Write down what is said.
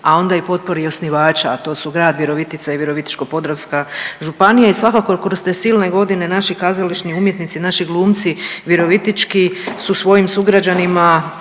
a onda i potpori osnivača, a to su grad Virovitica i Virovitičko-podravska županija i svakako kroz te silne godine naši kazališni umjetnici, naši glumci virovitički su svojim sugrađanima